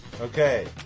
Okay